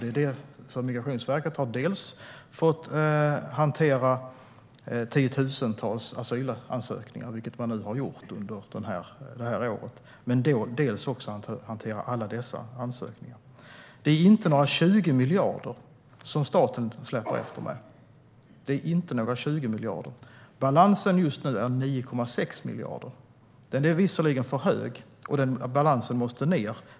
Dels har Migrationsverket fått hantera tiotusentals asylansökningar, vilket man gjort under det här året, dels har man fått hantera alla dessa ansökningar. Det är inte 20 miljarder staten släpar efter med. Balansen just nu är 9,6 miljarder. Det är visserligen för högt, och balansen måste ned.